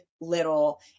little